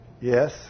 Yes